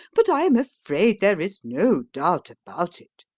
but i am afraid there is no doubt about it.